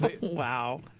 Wow